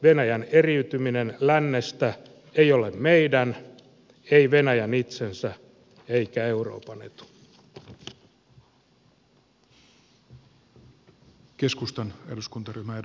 venäjän eriytyminen lännestä ei ole meidän ei venäjän itsensä eikä euroopan etu